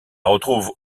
retrouve